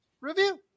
review